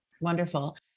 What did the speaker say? Wonderful